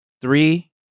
three